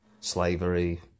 slavery